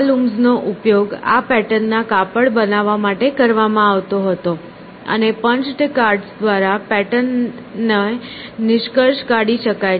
આ લૂમ્સ નો ઉપયોગ આ પેટર્ન ના કાપડ બનાવવા માટે કરવામાં આવતો હતો અને આ પંચ્ડ કાર્ડ્સ દ્વારા પેટર્નનો નિષ્કર્ષ કાઢી શકાય છે